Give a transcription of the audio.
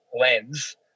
lens